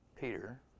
Peter